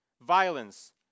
violence